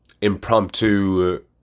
impromptu